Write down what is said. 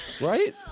Right